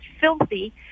filthy